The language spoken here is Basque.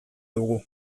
dugu